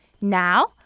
Now